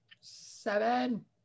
Seven